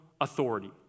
authority